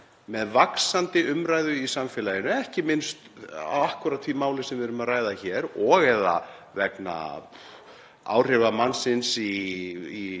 með vaxandi umræðu í samfélaginu, ekki minnst um akkúrat það mál sem við erum að ræða hér og/eða vegna áhrifa mannsins á